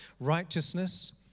righteousness